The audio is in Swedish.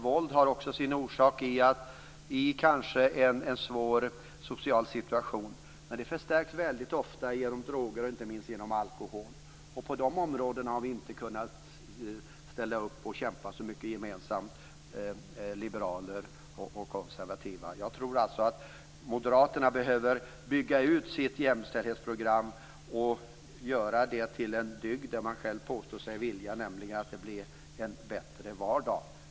Våld kan också ha en orsak i en svår socialsituation som kan förstärkas genom droger och alkohol. På dessa områden har vi inte kunnat ställa upp och kämpa gemensamt, liberaler och konservativa. Jag tror alltså att moderaterna behöver bygga ut sitt jämställdhetsprogram och göra det till den dygd som man påstår sig vilja göra det till, nämligen att bidra till att människor får en bättre vardag.